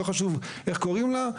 לא חשוב איך קוראים לה.